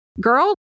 girl